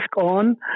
on